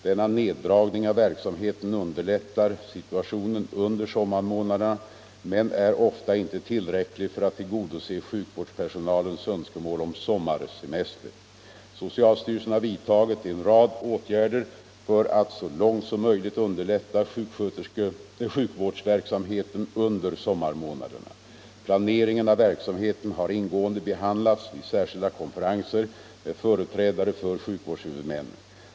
Denna neddragning av verksamheten underlättar situationen under sommarmånaderna men är ofta inte tillräcklig för att tillgodose sjukvårdspersonalens önskemål om sommarsemester. Socialstyrelsen har vidtagit en rad åtgärder för att så långt som möjligt underlätta sjukvårdsverksamheten under sommarmånaderna. Planering en av verksamheten har ingående behandlats vid särskilda konferenser med företrädare för sjukvårdshuvudmännen.